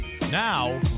Now